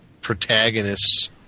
protagonists